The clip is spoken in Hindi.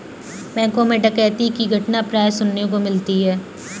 बैंकों मैं डकैती की घटना प्राय सुनने को मिलती है